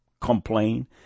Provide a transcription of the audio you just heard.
complain